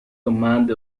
command